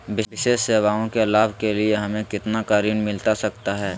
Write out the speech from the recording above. विशेष सेवाओं के लाभ के लिए हमें कितना का ऋण मिलता सकता है?